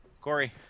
Corey